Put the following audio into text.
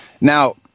Now